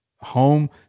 home